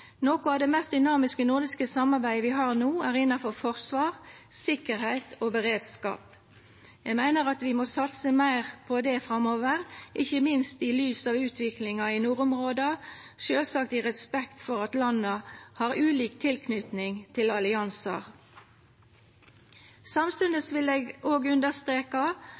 må satsa meir på det framover, ikkje minst i lys av utviklinga i nordområda, sjølvsagt i respekt for at landa har ulik tilknyting til alliansar. Samstundes vil eg òg understreka